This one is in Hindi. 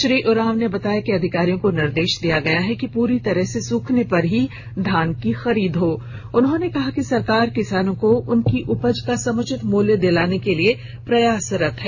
श्री उरांव ने बताया कि अधिकारियों को निर्देश दिया गया है कि पूरी तरह से सुखने पर ही धान की खरीद हो और उन्होंने कहा कि सरकार किसानों को उनके उपज का समुचित मुल्य दिलाने के लिए प्रयासरत हैं